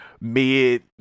mid